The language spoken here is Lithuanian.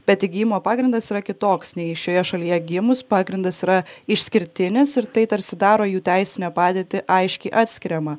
bet įgijimo pagrindas yra kitoks nei šioje šalyje gimus pagrindas yra išskirtinis ir tai tarsi daro jų teisinę padėtį aiškiai atskiriamą